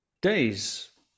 days